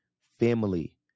family